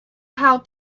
how